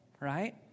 right